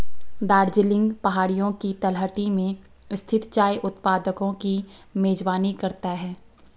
दार्जिलिंग पहाड़ियों की तलहटी में स्थित चाय उत्पादकों की मेजबानी करता है